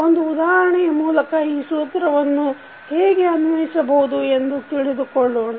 ಒಂದು ಉದಾಹರಣೆಯ ಮೂಲಕ ಈ ಸೂತ್ರವನ್ನು ಹೇಗೆ ಅನ್ವಯಿಸಬಹುದು ಎಂದು ತಿಳಿದುಕೊಳ್ಳೋಣ